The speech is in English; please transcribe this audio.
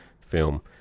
film